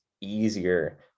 easier